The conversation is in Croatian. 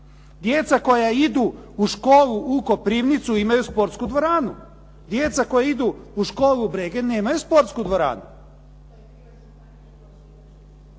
Djeca koja idu u školu u Koprivnicu imaju sportsku dvoranu. Djeca koja idu u školu u Brege nemaju sportsku dvoranu.